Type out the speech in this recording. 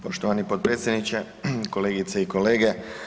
Poštovani potpredsjedniče, kolegice i kolege.